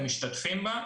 הם משתתפים בה,